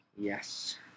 Yes